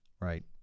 Right